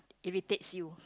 irritates you